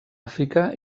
àfrica